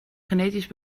genetisch